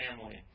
family